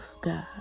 God